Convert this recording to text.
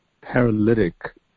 paralytic